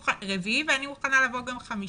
ורביעי ואני מוכנה לבוא ביום חמישי.